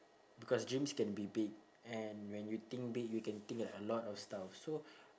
because dreams can be big and when you think big you can think like a lot of stuff so